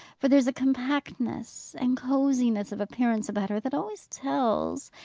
for there's a compactness and cosiness of appearance about her that always tells,